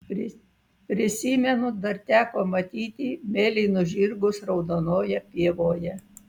prisimenu dar teko matyti mėlynus žirgus raudonoje pievoje